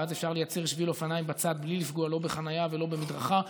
ואז אפשר לייצר שביל אופניים בצד בלי לפגוע לא בחניה ולא במדרכה.